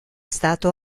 stato